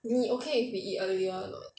你 okay if we eat all the way [one] or not